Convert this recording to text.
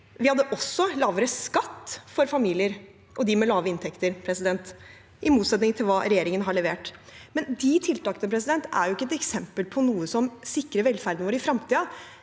Vi hadde også lavere skatt for familier og de med lave inntekter – i motsetning til hva regjeringen har levert. Men de tiltakene er jo ikke eksempler på noe som sikrer velferden vår i fremtiden.